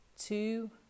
two